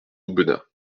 aubenas